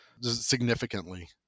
significantly